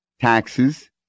taxes